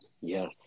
Yes